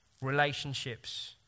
Relationships